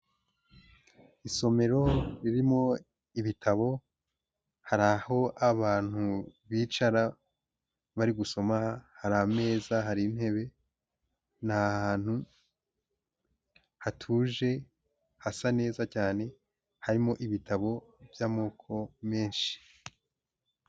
Isomero ririmo ibitabo. Hari aho abantu bicara bari gusoma, hari ameza, hari intebe. N'ahantu hatuje hasa neza cyane, harimo ibitabo by'amoko menshi.